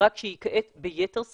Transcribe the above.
רק שהיא כעת ביתר שאת,